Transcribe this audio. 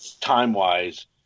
time-wise